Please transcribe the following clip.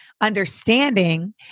understanding